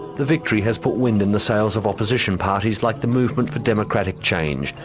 the victory has put wind in the sails of opposition parties like the movement for democratic change,